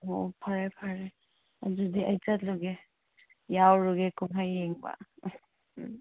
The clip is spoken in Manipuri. ꯑꯣ ꯐꯔꯦ ꯐꯔꯦ ꯑꯗꯨꯗꯤ ꯑꯩ ꯆꯠꯂꯒꯦ ꯌꯥꯎꯔꯨꯒꯦ ꯀꯨꯝꯍꯩ ꯌꯦꯡꯕ